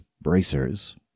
bracers